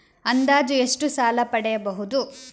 ಅಂದಾಜು ಎಷ್ಟು ಸಾಲ ಪಡೆಯಬಹುದು?